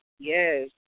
Yes